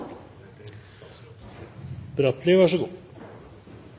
men vær så